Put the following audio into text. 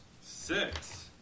six